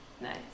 Nice